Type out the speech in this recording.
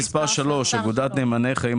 יש טענת נגד למה שאת